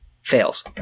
Fails